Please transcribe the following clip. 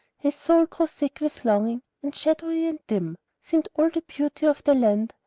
his soul grew sick with longing, and shadowy dim seemed all the beauty of the land,